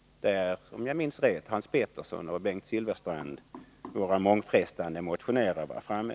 Om jag minns rätt var Hans Pettersson i Helsingborg och Bengt Silfverstrand — våra mångfrestande motionärer — framme.